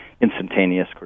instantaneous